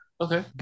okay